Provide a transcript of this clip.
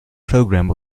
programme